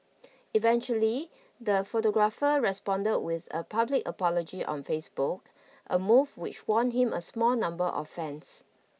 eventually the photographer responded with a public apology on Facebook a move which won him a small number of fans